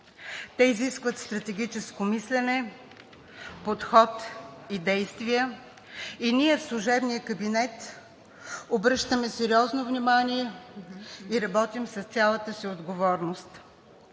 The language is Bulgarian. Те изискват стратегическо мислене, подход и действия и ние в служебния кабинет обръщаме сериозно внимание и работим с цялата си отговорност.